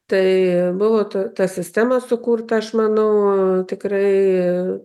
tai buvo ta ta sistema sukurta aš manau tikrai